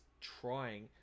trying